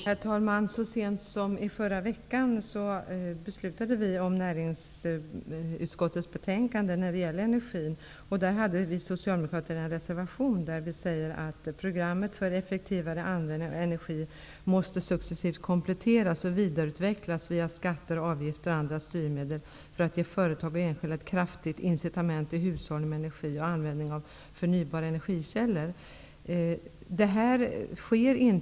Herr talman! Så sent som i förra veckan beslutade vi om näringsutskottets betänkande när det gäller energin. Där hade vi socialdemokrater en reservation där vi sade att programmet för effektivare användning av energi måste successivt kompletteras och vidareutvecklas via skatter, avgifter och andra styrmedel för att ge företag och enskilda ett kraftigt incitament till hushållning med energi och användning av förnybara energikällor.